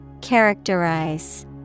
Characterize